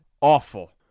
awful